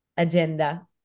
agenda